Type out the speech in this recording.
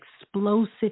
explosive